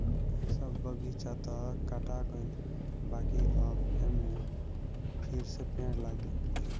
सब बगीचा तअ काटा गईल बाकि अब एमे फिरसे पेड़ लागी